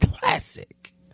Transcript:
classic